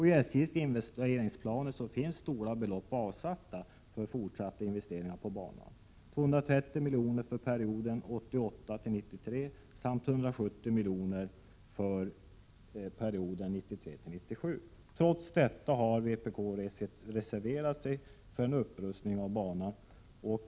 I SJ:s investeringsplaner finns stora belopp avsatta för fortsatta investeringar på banan — 230 miljoner för perioden 1988-1993 samt 170 miljoner för perioden 1993-1997. Trots detta har vpk reserverat sig för en upprustning av banan.